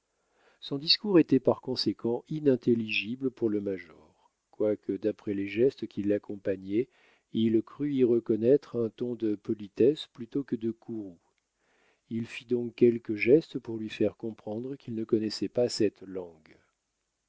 son discours était par conséquent inintelligible pour le major quoique d'après les gestes qui l'accompagnaient il crût y reconnaître un ton de politesse plutôt que de courroux il fit donc quelques gestes pour lui faire comprendre qu'il ne connaissait pas cette langue